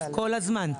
קל להגיד: